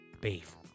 Beef